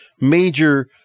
major